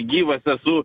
gyvas esu